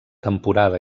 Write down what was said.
temporada